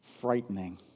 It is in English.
frightening